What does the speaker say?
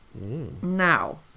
Now